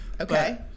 Okay